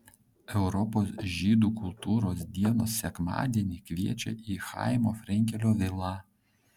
europos žydų kultūros dienos sekmadienį kviečia į chaimo frenkelio vilą